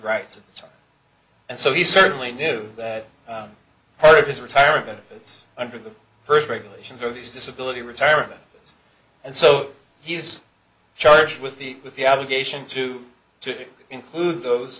rights and so he certainly knew that part of his retirement benefits under the first regulations of his disability retirement and so he's charged with the with the obligation to to include those